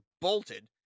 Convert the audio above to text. bolted